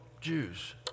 Jews